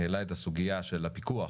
העלה את הסוגיה של הפיקוח